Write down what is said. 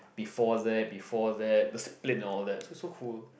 before that before that they explain the all that so it's so cool